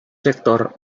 sector